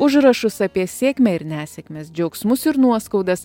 užrašus apie sėkmę ir nesėkmes džiaugsmus ir nuoskaudas